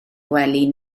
gwely